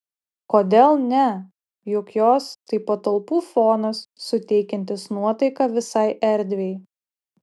kodėl ne juk jos tai patalpų fonas suteikiantis nuotaiką visai erdvei